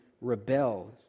rebel